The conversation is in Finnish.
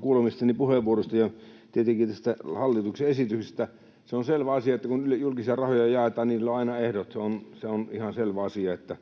kuulemistani puheenvuoroista ja tietenkin tästä hallituksen esityksestä. Se on selvä asia, että kun julkisia rahoja jaetaan, niillä on aina ehdot. Se on ihan selvä asia, että